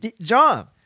John